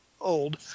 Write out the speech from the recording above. old